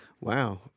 Wow